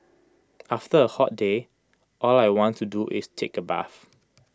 after A hot day all I want to do is take A bath